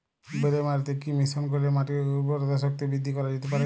বেলে মাটিতে কি মিশ্রণ করিলে মাটির উর্বরতা শক্তি বৃদ্ধি করা যেতে পারে?